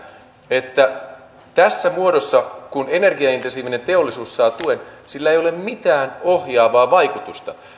että tässä muodossa kun energiaintensiivinen teollisuus saa tuen sillä ei ole mitään ohjaavaa vaikutusta